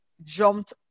jumped